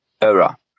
era